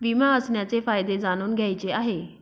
विमा असण्याचे फायदे जाणून घ्यायचे आहे